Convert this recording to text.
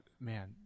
man